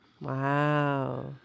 Wow